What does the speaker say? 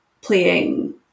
playing